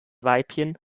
weibchen